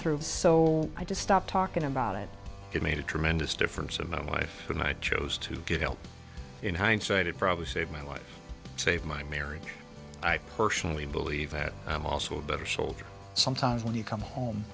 through so i just stopped talking about it it made a tremendous difference in my life when i chose to get help in hindsight it probably saved my life save my marriage i personally believe that i'm also a better soldier sometimes when you come home